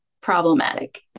problematic